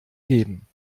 geben